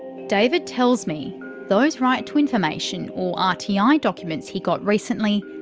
david tells me those right to information or ah rti ah documents he got recently,